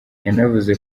yanavuze